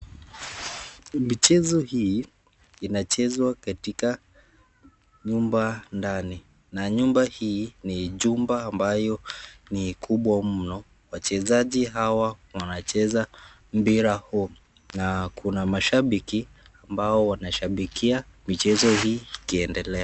Michezo hii inachezwa katika nyumba ndani na nyumba ni jumba ambayo ni kubwa mno. Wachezaji hawa wanacheza mpira huu na kuna mashabiki ambao wanashambikia michezo ikiendelea.